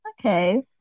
Okay